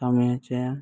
ᱠᱟᱹᱢᱤ ᱦᱚᱪᱚᱭᱟ